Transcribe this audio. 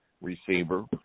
receiver